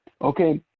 okay